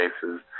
cases